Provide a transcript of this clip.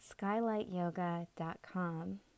skylightyoga.com